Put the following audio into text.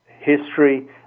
history